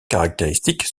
caractéristiques